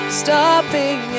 stopping